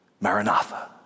Maranatha